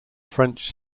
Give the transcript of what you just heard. french